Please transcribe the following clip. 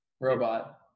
Robot